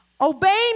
Obeying